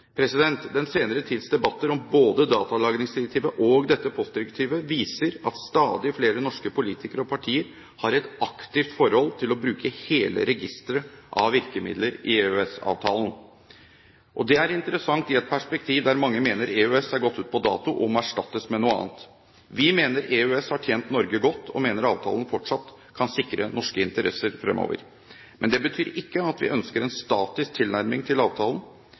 Den senere tids debatter om både datalagringsdirektivet og postdirektivet viser at stadig flere norske politikere og partier har et aktivt forhold til å bruke hele registeret av virkemidler i EØS-avtalen. Det er interessant i et perspektiv der mange mener EØS har gått ut på dato, og må erstattes av noe annet. Vi mener EØS har tjent Norge godt, og mener avtalen fortsatt kan sikre norske interesser fremover, men det betyr ikke at vi ønsker en statisk tilnærming til avtalen.